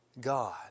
God